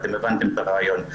מה אנחנו עושים?